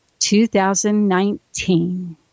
2019